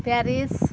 Paris